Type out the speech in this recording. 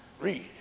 Read